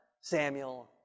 Samuel